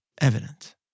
evident